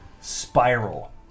spiral